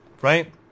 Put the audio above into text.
right